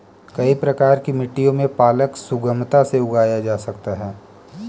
कई प्रकार की मिट्टियों में पालक सुगमता से उगाया जा सकता है